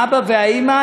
האבא והאימא,